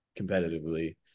competitively